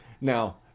Now